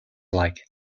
like